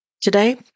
Today